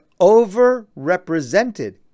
overrepresented